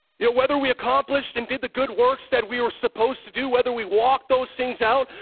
you know, whether we accomplish and did the good works that we were supposed to do. whether we walk those things out,